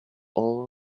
all